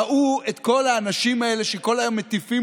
ראו את כל האנשים האלה שכל היום מטיפים